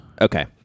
Okay